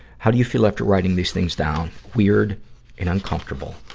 how do you feel after writing these things down? weird and uncomfortable.